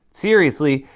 seriously,